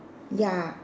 ya